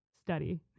study